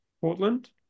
portland